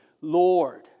Lord